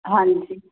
ਹਾਂਜੀ